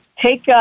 Take